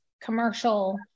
commercial